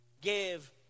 give